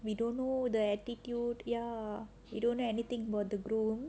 we don't know the attitude ya you don't know anything about the groom